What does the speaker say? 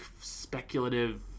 speculative